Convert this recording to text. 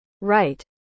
Right